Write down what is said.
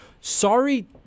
sorry